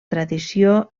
tradició